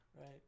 Right